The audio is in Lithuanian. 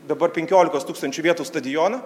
dabar dabar penkiolikos tūkstančių vietų stadioną